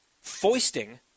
foisting